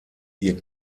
ihr